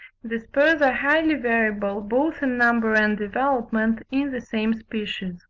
the spurs are highly variable, both in number and development, in the same species.